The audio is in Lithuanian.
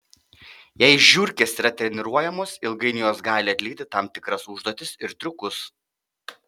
jei žiurkės yra treniruojamos ilgainiui jos gali atlikti tam tikras užduotis ir triukus